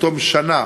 בתום שנה